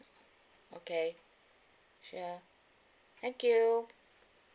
okay sure thank you